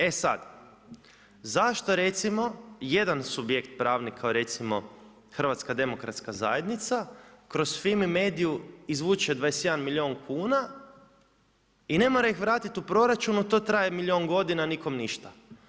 E sada, zašto recimo jedan subjekt pravni kao recimo HDZ kroz FIMI-MEDIA-u izvuče 21. milijun kuna i ne mora ih vratiti u proračun a to traje milijun godina, nikom ništa.